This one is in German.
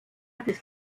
des